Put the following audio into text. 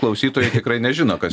klausytojai tikrai nežino kas